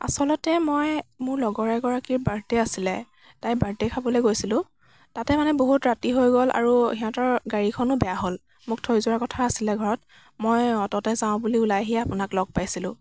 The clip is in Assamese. আচলতে মই মোৰ লগৰ এগৰাকীৰ বাৰ্থদে আছিলে তাইৰ বাৰ্থদে খাবলৈ গৈছিলোঁ তাতে মানে বহুত ৰাতি হৈ গ'ল আৰু সিহঁতৰ গাড়ীখনো বেয়া হ'ল মোক থৈ যোৱাৰ কথা আছিলে ঘৰত মই অ'টোতে যাওঁ বুলি ওলাই আহি আপোনাক লগ পাইছিলোঁ